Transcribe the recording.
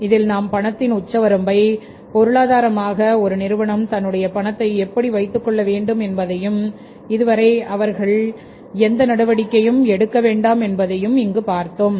இதில் நாம் பணத்தின் உச்சவரம்பை பொருளாதாரமாக ஒரு நிறுவனம் தன்னுடைய பணத்தை எப்படி வைத்துக்கொள்ள வேண்டும் என்பதையும் இதுவரை அவர்கள் எந்த நடவடிக்கையும் எடுக்க வேண்டாம் என்பதையும் இங்கு பார்த்தோம்